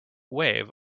wave